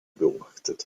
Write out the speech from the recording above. beobachtet